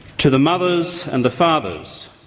to the mothers and the fathers,